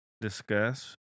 discuss